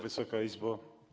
Wysoka Izbo!